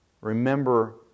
remember